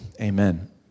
Amen